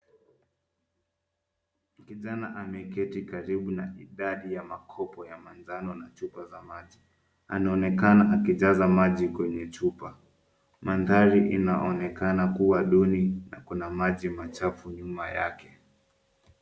Kijana ameketi karibu na idadi ya makopo ya manjano na chupa za maji, anoonekana akijaza maji kwenye chupa, mandari inaoonekana kuwa duni na kuna maji machafu nyuma yake.